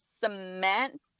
cement